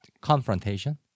confrontation